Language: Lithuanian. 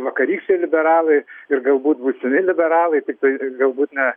vakarykščiai liberalai ir galbūt būsimi liberalai tiktai galbūt ne